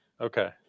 Okay